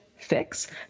fix